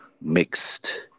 mixed